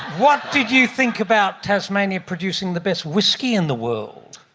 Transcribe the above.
what did you think about tasmania producing the best whiskey in the world?